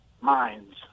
minds